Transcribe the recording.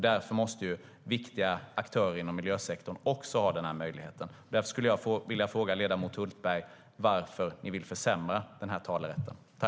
Därför måste viktiga aktörer också ha den här möjligheten, och jag vill fråga ledamoten Hultberg varför ni vill försämra talerätten.